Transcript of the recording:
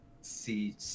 see